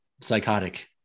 psychotic